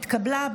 נתקבלה.